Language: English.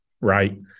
right